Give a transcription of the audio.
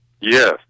Yes